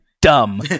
dumb